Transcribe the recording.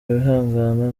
wihangana